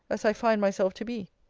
as i find myself to be.